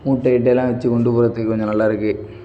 மூட்டை கீட்டைலாம் வைச்சுக் கொண்டு போகிறத்துக்கு கொஞ்சம் நல்லா இருக்குது